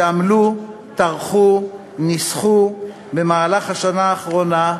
שעמלו, טרחו, ניסחו במהלך השנה האחרונה,